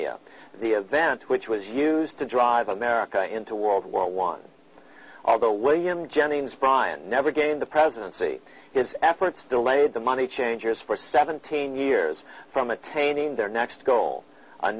a the event which was used to drive america into world war one although william jennings bryan never gained the presidency its efforts delayed the money changers for seventeen years from attaining their next